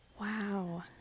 wow